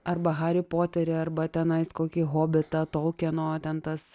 arba harį poterį arba tenais kokį hobitą tolkeno ten tas